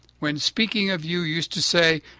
when speaking of you, used to say,